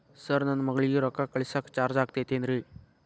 Sir ನನ್ನ ಮಗಳಗಿ ರೊಕ್ಕ ಕಳಿಸಾಕ್ ಚಾರ್ಜ್ ಆಗತೈತೇನ್ರಿ?